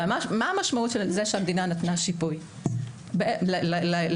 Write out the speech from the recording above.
הרי מה המשמעות לכך שהמדינה נתנה שיפוי למפיק?